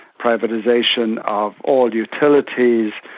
privatisation of all utilities,